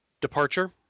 departure